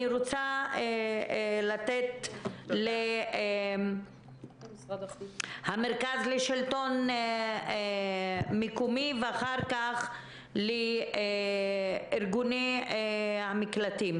אני רוצה לתת למרכז השלטון המקומי ואחר כך לארגוני המקלטים.